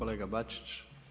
Kolega Bačić.